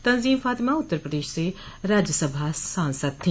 तंजीम फातिमा उत्तर प्रदेश से राज्यसभा सांसद थी